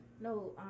No